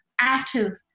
active